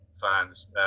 fans